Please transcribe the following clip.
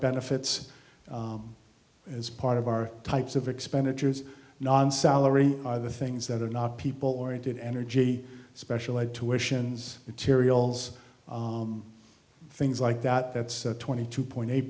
benefits as part of our types of expenditures non salary are the things that are not people oriented energy special ed tuitions materials things like that that's twenty two point eight